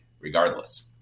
regardless